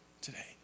today